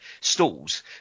stalls